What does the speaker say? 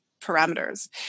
parameters